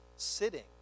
sitting